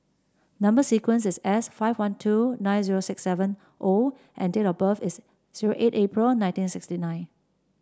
number sequence is S five one two nine zero six seven O and date of birth is zero eight April nineteen sixty nine